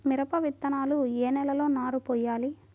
మిరప విత్తనాలు ఏ నెలలో నారు పోయాలి?